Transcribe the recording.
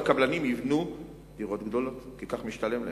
והקבלנים יבנו דירות גדולות כי כך משתלם להם.